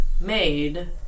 made